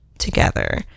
together